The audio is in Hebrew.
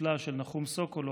הנפלא של נחום סוקולוב,